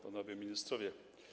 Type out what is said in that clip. Panowie Ministrowie!